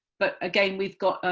but again we've got